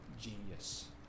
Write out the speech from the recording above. genius